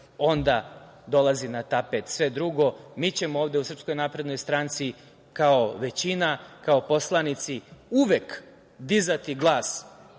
onda dolazi na tapet sve drugo. Mi ćemo ovde u Srpskoj naprednoj stranci kao većina, kao poslanici uvek dizati glas